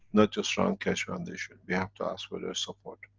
not just around keshe foundation. we have to ask for their support.